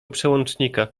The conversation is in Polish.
przełącznika